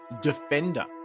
defender